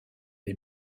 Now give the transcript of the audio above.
des